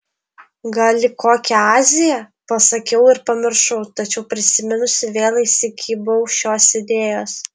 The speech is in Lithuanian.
gal į kokią aziją pasakiau ir pamiršau tačiau prisiminusi vėl įsikibau šios idėjos